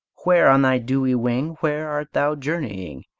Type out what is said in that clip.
where, on thy dewy wing where art thou journeying?